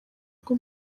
rwo